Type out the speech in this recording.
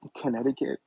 Connecticut